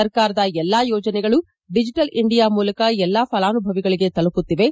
ಸರ್ಕಾರದ ಎಲ್ಲಾ ಯೋಜನೆಗಳು ಡಿಜಿಟಲ್ ಇಂಡಿಯಾ ಮೂಲಕ ಎಲ್ಲಾ ಫಲಾನುಭವಿಗಳಿಗೆ ತಲುಪುತ್ತಿವೆ